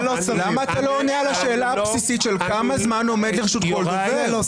למה אתה לא עונה על השאלה הבסיסית כמה זמן עומד לרשות כל דובר?